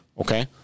Okay